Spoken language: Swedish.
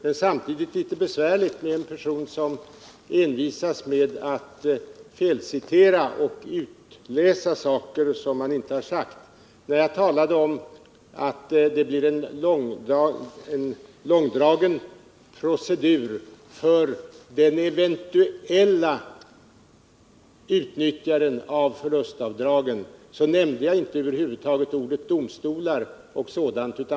Men det är samtidigt litet besvärligt med en person som envisas med att felcitera och utläsa saker som motparten inte har sagt. Då jag talade om att det blir en långdragen procedur för det eventuella utnyttjandet av förlustavdragen, nämnde jag över huvud taget inte ordet domstolar eller sådant.